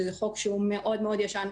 שהוא חוק מאוד ישן,